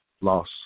loss